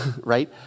right